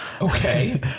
Okay